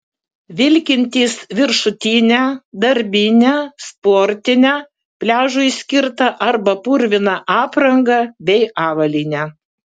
vilkintys viršutinę darbinę sportinę pliažui skirtą arba purviną aprangą bei avalynę